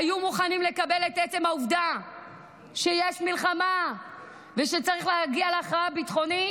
היו מוכנים לקבל את עצם העובדה שיש מלחמה ושצריך להגיע להכרעה ביטחונית,